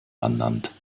ernannt